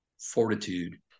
fortitude